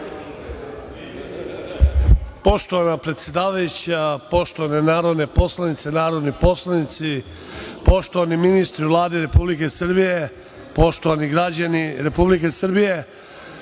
Poštovana predsedavajuća, poštovane narodne poslanice, narodni poslanici, poštovani ministri Vlade Republike Srbije, poštovani građani Republike Srbije,